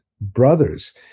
brothers